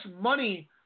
money